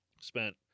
spent